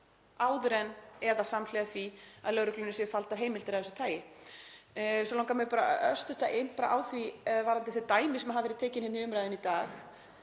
áður en eða samhliða því að lögreglunni séu faldar heimildir af þessu tagi. Svo langar mig örstutt að impra á því varðandi þau dæmi sem hafa verið tekin í umræðunni í dag